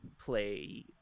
play